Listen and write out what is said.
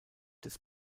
des